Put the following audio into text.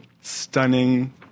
stunning